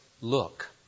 look